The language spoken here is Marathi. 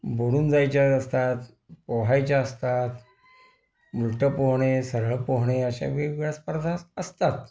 बुडून जायच्या असतात पोहायच्या असतात उलटं पोहणे सरळ पोहणे अशा वेगवेगळ्या स्पर्धा असतात